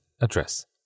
address